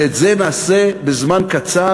ואת זה נעשה בזמן קצר.